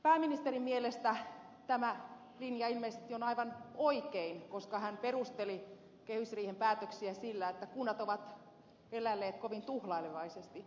pääministerin mielestä tämä linja on ilmeisesti aivan oikein koska hän perusteli kehysriihen päätöksiä sillä että kunnat ovat eläneet kovin tuhlailevaisesti